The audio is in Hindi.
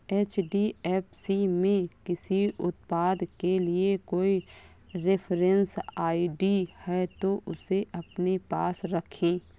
एच.डी.एफ.सी में किसी उत्पाद के लिए कोई रेफरेंस आई.डी है, तो उसे अपने पास रखें